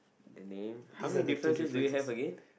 and name how many differences do you have again